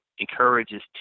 encourages